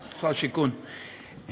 שר השיכון,